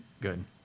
Good